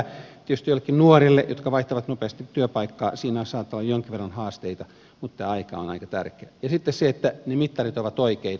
tietysti joillekin nuorille jotka vaihtavat nopeasti työpaikkaa siinä saattaa olla jonkin verran haasteita mutta tämä aika on aika tärkeä ja sitten se että ne mittarit ovat oikeita